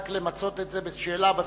רק למצות את זה בשאלה בסוף,